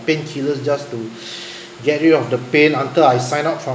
painkillers just to get rid of the pain until I sign out